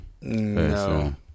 No